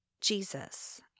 Jesus